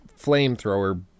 flamethrower